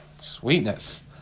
Sweetness